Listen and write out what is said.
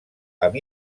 amb